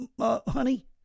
honey